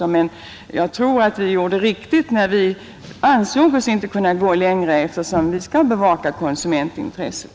Jag tror emellertid att vi gjorde rätt när vi ansåg oss inte kunna gå längre, eftersom vi skall bevaka konsumentintresset.